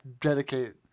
dedicate